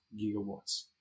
gigawatts